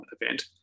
event